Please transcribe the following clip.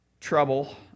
trouble